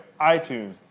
iTunes